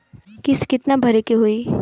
किस्त कितना भरे के होइ?